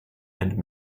and